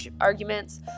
arguments